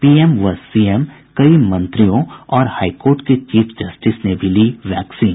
PM व CM कई मंत्रियों और हाईकोर्ट के चीफ जस्टिस ने भी ली वैक्सीन